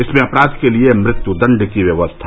इसमें अपराध के लिए मृत्युदंड की व्यवस्था